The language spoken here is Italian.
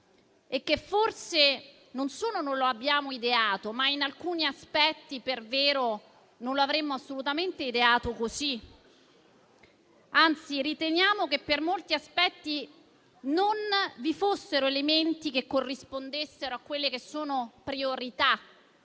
e che forse, non solo non abbiamo ideato, ma per alcuni aspetti in verità non avremmo assolutamente ideato così; anzi, riteniamo che per molti aspetti non ci siano elementi di corrispondenza a quelle che sono priorità